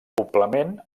poblament